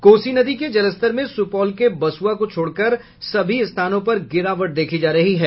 कोसी नदी के जलस्तर में सुपौल के बसुआ को छोड़कर सभी स्थानों पर गिरावट देखी जा रही है